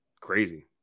Crazy